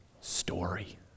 story